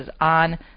on